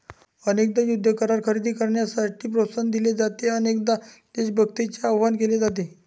अनेकदा युद्ध करार खरेदी करण्यासाठी प्रोत्साहन दिले जाते, अनेकदा देशभक्तीचे आवाहन केले जाते